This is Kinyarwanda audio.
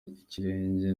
ikirenge